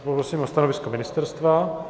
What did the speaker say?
Prosím o stanovisko ministerstva.